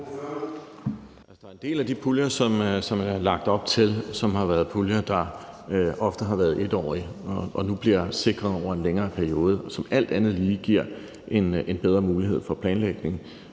Der er en del af de puljer, som der bliver lagt op til, som har været puljer, der ofte har været 1-årige. De bliver nu sikret over en længere periode, hvilket alt andet lige giver en bedre mulighed for planlægning.